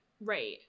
right